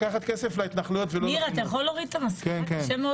לקחת כסף להתנחלויות זה לא לחינוך.